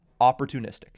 opportunistic